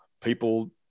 people